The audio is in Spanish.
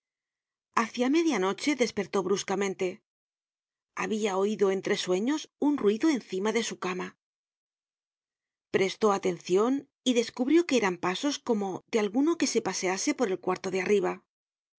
media noche despertó bruscamente habia oido entre sueños un ruido encima de su cama prestó atencion y descubrió que eran pasos como de alguno que se pasease por el cuarto de arriba